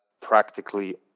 practically